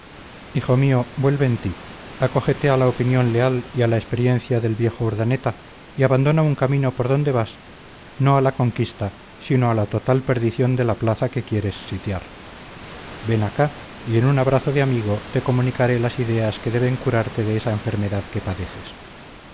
hijo mío vuelve en ti acógete a la opinión leal y a la experiencia del viejo urdaneta y abandona un camino por donde vas no a la conquista sino a la total perdición de la plaza que quieres sitiar ven acá y en un abrazo de amigo te comunicaré las ideas que deben curarte de esa enfermedad que padeces